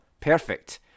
perfect